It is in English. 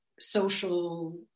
social